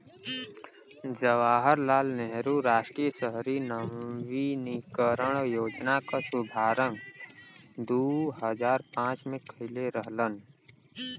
जवाहर लाल नेहरू राष्ट्रीय शहरी नवीनीकरण योजना क शुभारंभ दू हजार पांच में कइले रहलन